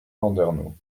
landernau